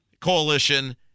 coalition